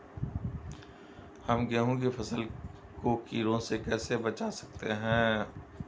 हम गेहूँ की फसल को कीड़ों से कैसे बचा सकते हैं?